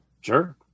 Sure